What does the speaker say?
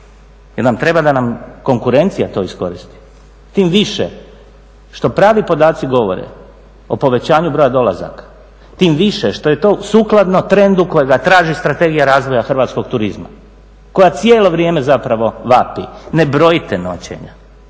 Jel' nam treba da nam konkurencija to iskoristi? Tim više što pravi podaci govore o povećanju broja dolazaka, tim više što je to sukladno trendu kojega traži Strategija razvoja hrvatskog turizma koja cijelo vrijeme zapravo vapi ne brojite noćenja,